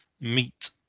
meat